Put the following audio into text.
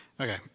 Okay